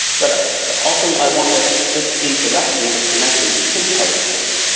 but ah so often i wanna just see directly the connection between characters.